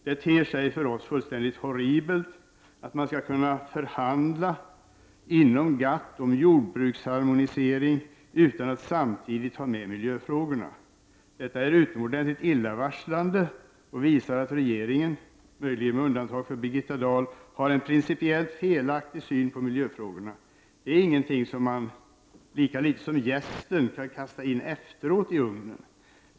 Det ter sig för oss fullkomligt horribelt att man skall kunna förhandla inom GATT om jordbruksharmonisering utan att samtidigt ha med miljöfrågorna. Detta är utomordentligt illavarslande och visar att regeringen — möjligen med undantag för Birgitta Dahl — har en principiellt felaktig syn på miljöfrågorna. Dem kan man lika litet som jästen kasta in efteråt i ugnen.